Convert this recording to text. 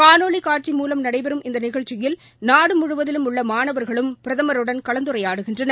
காணொலிகாட்சி மூலம் நடைபெறும் இந்தநிகழ்ச்சியில் நாடுமுழுவதிலும் உள்ளமானவர்களும் பிரதமருடன் கலந்துரையாடுகின்றனர்